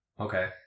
Okay